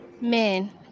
Men